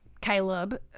Caleb